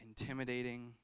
intimidating